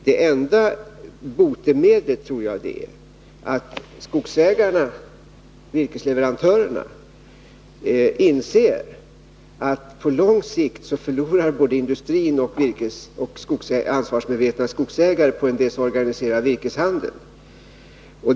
Det enda botemedlet tror jag är att skogsägarna — virkesleverantörerna — inser att både industrin och ansvarsmedvetna skogsägare på lång sikt förlorar på en desorganiserad virkeshandel.